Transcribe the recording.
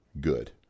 good